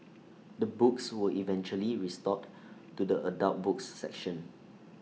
the books were eventually restored to the adult books section